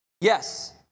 Yes